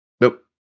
Nope